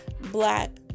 black